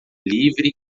livre